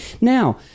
Now